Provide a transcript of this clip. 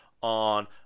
on